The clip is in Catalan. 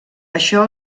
això